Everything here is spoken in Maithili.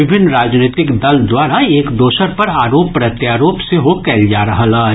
विभिन्न राजनीतिक दल द्वारा एक दोसर पर आरोप प्रत्यारोप सेहो कयल जा रहल अछि